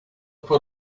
put